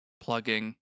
plugging